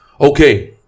Okay